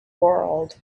world